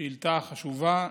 שאילתה חשובה.